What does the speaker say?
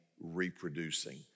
reproducing